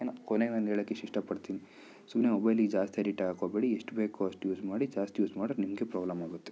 ಏನೋ ಕೊನೆಗೆ ನಾನು ಹೇಳೋಕ್ಕೆ ಇಷ್ಟ ಇಷ್ಟಪಡ್ತೀನಿ ಸುಮ್ನೆ ಮೊಬೈಲಿಗೆ ಜಾಸ್ತಿ ಅಡಿಕ್ಟ್ ಆಗೋಕ್ಕೆ ಹೋಗಬೇಡಿ ಎಷ್ಟು ಬೇಕೊ ಅಷ್ಟು ಯೂಸ್ ಮಾಡಿ ಜಾಸ್ತಿ ಯೂಸ್ ಮಾಡ್ರಿ ನಿಮಗೆ ಪ್ರಾಬ್ಲಮ್ ಆಗುತ್ತೆ